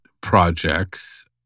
projects